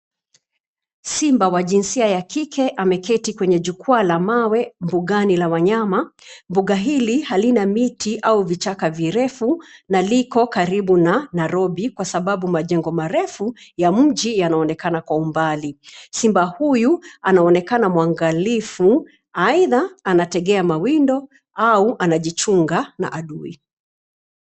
Simba wa jinsia ya kike ameketi kwenye jukwa la mawe, mbugani mwa wanyama. Mbuga hili halina miti au vichaka virefu na liko karibu na Nairobi, kwa sababu majengo marefu ya mji yanaonekana kwa umbali. Simba huyu anaonekana mwangalifu, aidha anategea mawindo au anajichunga na adui.